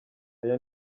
aya